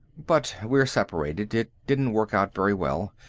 but we're separated. it didn't work out very well.